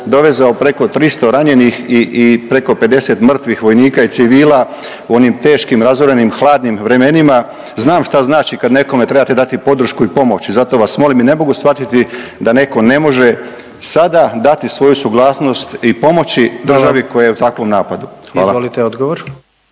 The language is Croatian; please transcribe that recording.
dovezao preko 300 ranjenih i, i preko 50 mrtvih vojnika i civila u onim teškim razorenim hladnim vremenima, znam šta znači kad nekome trebate dati podršku i pomoć i zato vas molim i ne mogu shvatiti da neko ne može sada dati svoju suglasnost i pomoći državi koja je u takvom napadu. Hvala. **Jandroković,